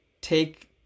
take